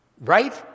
Right